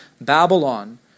Babylon